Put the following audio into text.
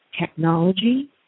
technology